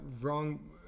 wrong